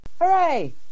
Hooray